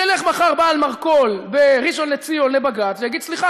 ילך מחר בעל מרכול בראשון-לציון לבג"ץ ויגיד: סליחה,